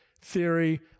theory